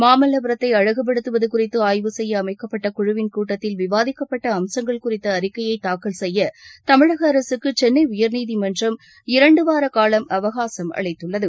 மாமல்லபுரத்தை அழகுபடுத்துவது குறித்து ஆய்வு செய்ய அமைக்கப்பட்ட குழுவின் கூட்டத்தில் விவாதிக்கப்பட்ட அம்சங்கள் குறித்த அறிக்கையை தாக்கல் செய்ய தமிழக அரசுக்கு சென்னை உயர்நீதிமன்றம் இரண்டு வாரக் காலம் அவகாசம் அளித்துள்ளது